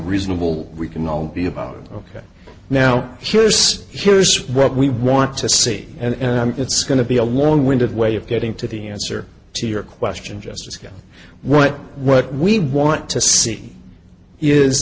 reasonable we can all be about ok now here's here's what we want to see and it's going to be a long winded way of getting to the answer to your question jessica what what we want to see is